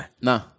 Nah